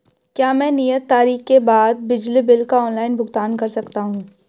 क्या मैं नियत तारीख के बाद बिजली बिल का ऑनलाइन भुगतान कर सकता हूं?